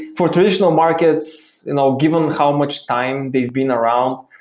for traditional markets and um given how much time they've been around,